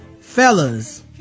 Fellas